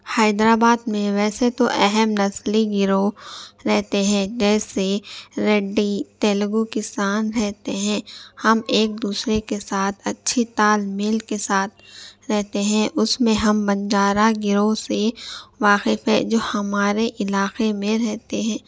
حیدر آباد میں ویسے تو اہم نسلی گروہ رہتے ہیں جیسے ریڈی تیلگو کسان رہتے ہیں ہم ایک دوسرے کے ساتھ اچھی تال میل کے ساتھ رہتے ہیں اس میں ہم بنجارہ گروہ سے واقف ہے جو ہمارے علاقے میں رہتے ہیں